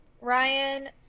Ryan